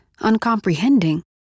uncomprehending